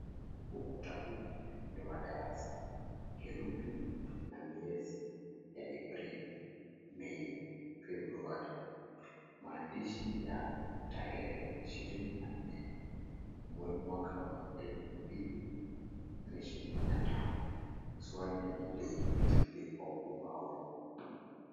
Ukuta huu ni wa darasa, herufi na miezi ya Aprili, Mei, February. Maandishi ya tarehe ishirini na nne mwaka wa elfu mbili na ishirini na tano, swali la kidini liko ubaoni.